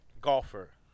golfer